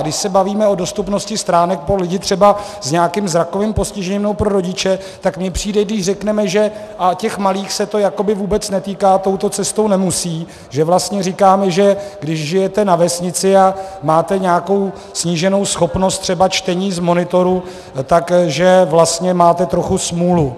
Když se bavíme o dostupnosti stránek pro lidi s nějakým zrakovým postižením nebo pro rodiče, tak mně přijde, když řekneme, že těch malých se to jakoby vůbec netýká, touto cestou nemusí, že vlastně říkáme, že když žijete na vesnici a máte nějakou sníženou schopnost třeba čtení z monitoru, tak že vlastně máte trochu smůlu.